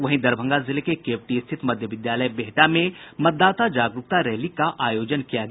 वहीं दरभंगा जिले के केवटी स्थित मध्य विद्यालय बेहटा में मतदाता जागरूकता रैली का आयोजन किया गया